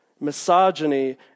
misogyny